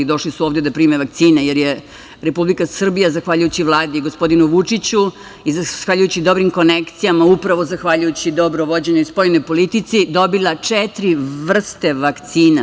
Došli su ovde da prime vakcine, jer je Republika Srbija, zahvaljujući Vladi i gospodinu Vučiću i zahvaljujući dobrim konekcijama, upravo zahvaljujući dobro vođenoj spoljnoj politici, dobila četiri vrste vakcina.